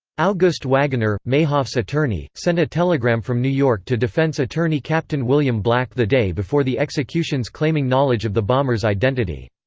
august wagener, mayhoff's attorney, sent a telegram from new york to defense attorney captain william black the day before the executions claiming knowledge of the bomber's identity.